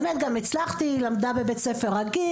גם הצלחתי, היא למדה בבית ספר רגיל.